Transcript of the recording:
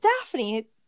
Daphne